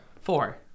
four